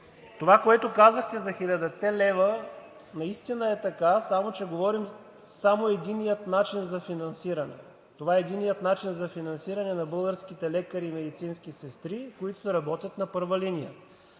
Това, което казахте за 1000-те лева, наистина е така, само че говорим само за единия начин за финансиране – това е единият начин за финансиране на българските лекари и медицинските сестри, които работят на първа линия.